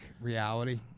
reality